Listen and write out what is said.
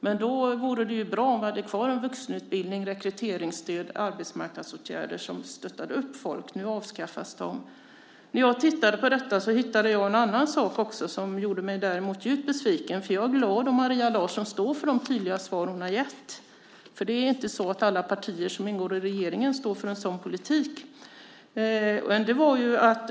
Men då vore det ju bra om vi hade kvar vuxenutbildning, rekryteringsstöd och arbetsmarknadsåtgärder som stöttade upp folk. Nu avskaffas de. När jag tittade på detta hittade jag en annan sak som däremot gjorde mig djupt besviken. Jag är glad om Maria Larsson står för de tydliga svar hon har gett. Det är inte så att alla partier som ingår i regeringen står för en sådan politik.